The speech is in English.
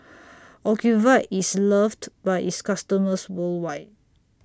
Ocuvite IS loved By its customers worldwide